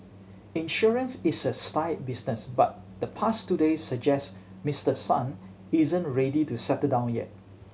insurance is a staid business but the past two days suggest Mister Son isn't ready to settle down yet